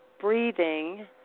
breathing